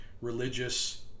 religious